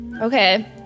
Okay